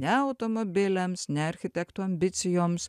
ne automobiliams ne architektų ambicijoms